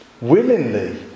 willingly